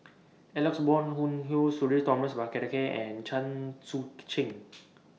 Alex Ong Boon Hau Sudhir Thomas Vadaketh and Chen Sucheng